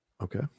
Okay